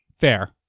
Fair